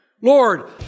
Lord